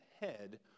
head